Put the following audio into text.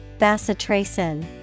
Bacitracin